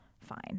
fine